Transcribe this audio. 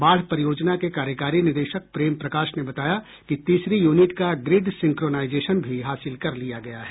बाढ़ परियोजना के कार्यकारी निदेशक प्रेम प्रकाश ने बताया कि तीसरी यूनिट का ग्रिड सिंक्रोनाईजेशन भी हासिल कर लिया गया है